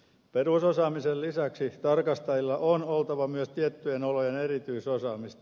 perusosaamisen lisäksi tarkastajilla on oltava myös tiettyjen olojen erityisosaamista